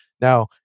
Now